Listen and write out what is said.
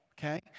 okay